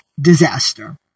disaster